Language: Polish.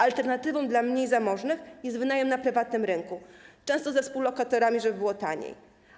Alternatywą dla mniej zamożnych jest wynajem na prywatnym rynku, często ze współlokatorami, żeby było taniej.